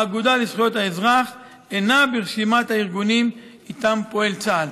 האגודה לזכויות האזרח אינה ברשימת הארגונים שאיתם פועל צה"ל.